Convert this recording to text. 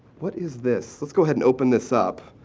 what is this? let's go ahead and open this up.